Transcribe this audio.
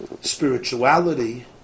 Spirituality